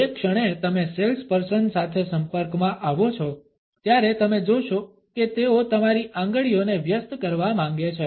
જે ક્ષણે તમે સેલ્સપર્સન સાથે સંપર્કમાં આવો છો ત્યારે તમે જોશો કે તેઓ તમારી આંગળીઓને વ્યસ્ત કરવા માંગે છે